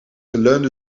leunde